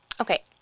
Okay